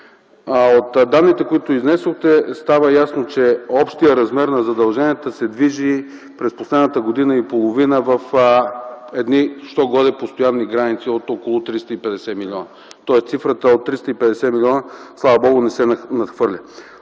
От данните, които изнесохте, става ясно, че общият размер на задълженията през последната година и половина се движи в едни що годе постоянни граници от около 350 милиона, тоест цифрата от 350 милиона, слава Богу не се надхвърля.